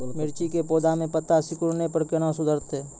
मिर्ची के पौघा मे पत्ता सिकुड़ने पर कैना सुधरतै?